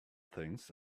things